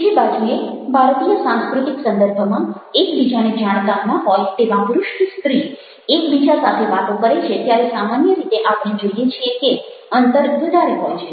બીજી બાજુએ ભારતીય સાંસ્કૃતિક સંદર્ભમાં એક બીજાને જાણતા ન હોય તેવા પુરુષ કે સ્ત્રી એકબીજા સાથે વાતો કરે છે ત્યારે સામાન્ય રીતે આપણે જોઈએ છીએ કે અંતર વધારે હોય છે